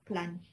plunge